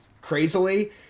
crazily